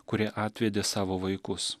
kurie atvedė savo vaikus